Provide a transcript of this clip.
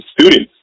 students